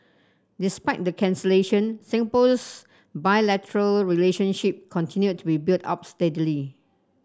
despite the cancellation Singapore's bilateral relationship continued to be built up steadily